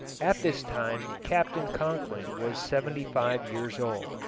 at this time captain conkling was seventy-five years old,